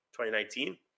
2019